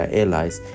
allies